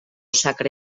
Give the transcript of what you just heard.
sacre